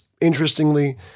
interestingly